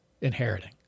inheriting